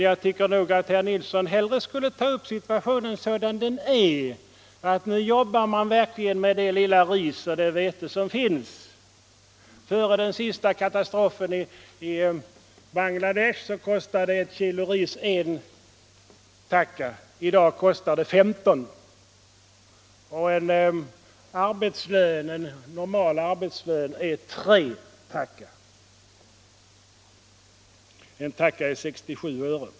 Jag tycker att herr Nilsson hellre skulle kritisera situationen sådan den är nu och se vad man gör med den kvantitet ris och vete som finns i marknaden. Före den senaste katastrofen i Bangladesh kostade 1 kg ris I takas. I dag kostar det 15 takas. En normal arbetslön är 3 takas. En takas är 67 öre.